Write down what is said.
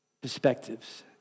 perspectives